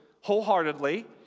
wholeheartedly